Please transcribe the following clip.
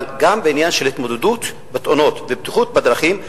אבל גם בעניין של התמודדות עם תאונות ובטיחות בדרכים,